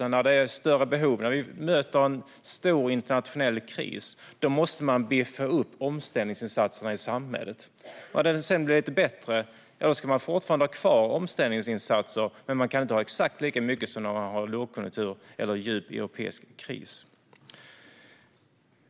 När det är större behov, till exempel vid en stor internationell kris, måste man biffa upp omställningsinsatserna i samhället. När det sedan blir lite bättre ska man fortfarande ha kvar omställningsinsatser, men man kan inte ha exakt lika mycket som i lågkonjunktur eller djup europeisk kris.